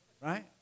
Right